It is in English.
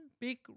big